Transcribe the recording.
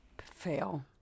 fail